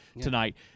tonight